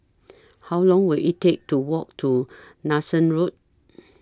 How Long Will IT Take to Walk to Nanson Road